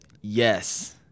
Yes